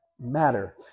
matter